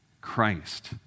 Christ